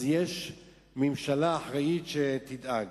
אז יש ממשלה אחראית שתדאג.